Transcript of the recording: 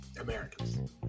Americans